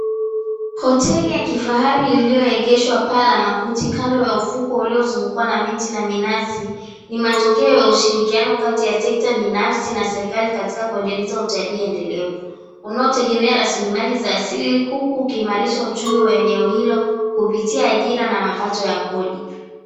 Hoteli ya kifahari iliyoegeshwa paa la makuti kando ya ufuko uliozungukwa na miti na minazi, ni matokeo ya ushirikiano kati ya sekta binafsi na serikali katika kuendeleza utalii endelevu unaotegemea rasilimali za asili, huku ukiimarisha uchumi wa eneo hilo kupitia ajira na mapato ya kodi.